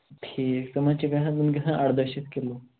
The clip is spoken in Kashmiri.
ٹھیٖک تِمَن چھِ گژھان یِم چھِ گژھان اَرداہ شتھ کِلوٗ